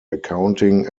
accounting